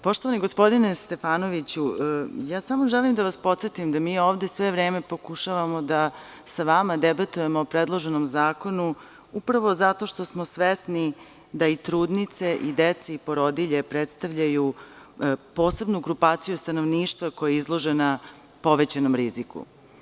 Poštovani gospodine Stefanoviću, ja samo želim da vas podsetim da mi ovde sve vreme pokušavamo da sa vama debatujemo o predloženom zakonu upravo zato što smo svesni da i trudnice i deca i porodilje predstavljaju posebnu grupaciju stanovništva koja je izložena povećanom riziku.